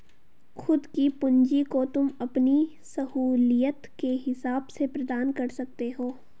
खुद की पूंजी को तुम अपनी सहूलियत के हिसाब से प्रदान कर सकते हो